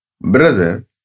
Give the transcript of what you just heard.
brother